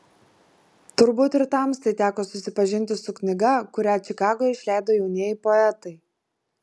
turbūt ir tamstai teko susipažinti su knyga kurią čikagoje išleido jaunieji poetai